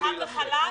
דרך השר.